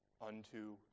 unto